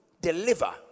deliver